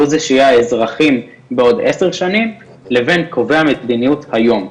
זה שיהיה אזרחים בעוד עשר שנים לפני קובעי המדיניות היום,